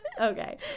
okay